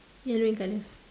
yellow in colour